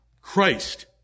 Christ